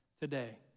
today